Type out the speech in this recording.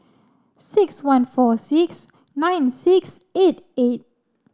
six one four six nine six eight eight